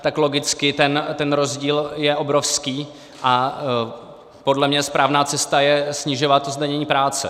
Tak logicky ten rozdíl je obrovský a podle mě správná cesta je snižovat zdanění práce.